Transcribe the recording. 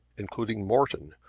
including morton,